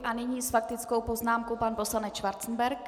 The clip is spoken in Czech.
A nyní s faktickou poznámkou pan poslanec Schwarzenberg.